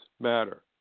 matter